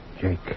Jake